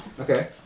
Okay